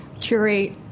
curate